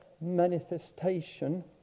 manifestation